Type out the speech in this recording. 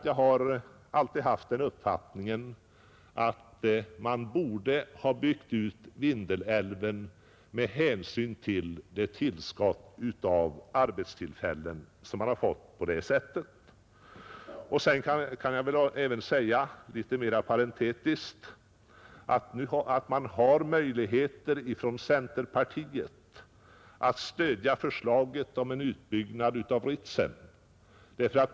Jag har alltid haft uppfattningen att man borde ha byggt ut Vindelälven, med hänsyn till det tillskott av arbetstillfällen som man på det sättet skulle ha fått. Litet mer parentetiskt kan jag även nämna att centerpartiet får möjligheter att stödja förslaget om en utbyggnad av Ritsem.